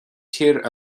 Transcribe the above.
tír